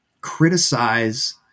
criticize